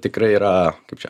tikrai yra kaip čia